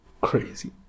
crazy